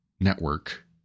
network